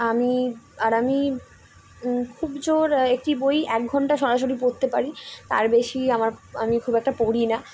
আমি আর আমি খুব জোর একটি বই এক ঘন্টা সরাসরি পতে পারি তার বেশি আমার আমি খুব একটা পড়ি না